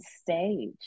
stage